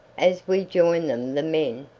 as we joined them the men,